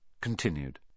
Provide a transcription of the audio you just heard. Continued